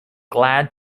glad